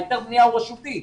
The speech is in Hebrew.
היתר הבניה הוא רשותי.